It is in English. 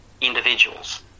individuals